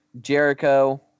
Jericho